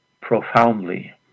profoundly